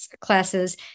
classes